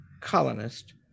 colonist